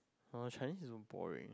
uh Chinese is so boring